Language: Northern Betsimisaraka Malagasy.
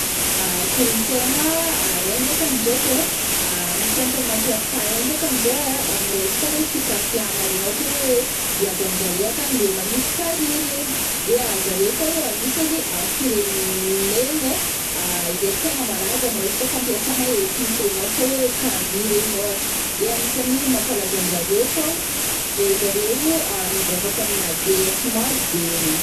Kolontsaigna Inde akagny ndraiky ai, agnisany tegna mampiavaka Inde akagny zao ai ami resaka le fitafiagna regny ôhatra oe viavy aminjare akagny le magnisy sarih regny, de zare koao agnisany firen egna e izay tegna malaza ami resaka fampiasana épices regny ôhatra oe carry regny ôhatra de agnisany mampalaza anjare koao le zareo mivavaka amina déesse maro be regny.